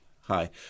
Hi